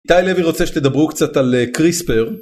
תאי לוי רוצה שתדברו קצת על קריספר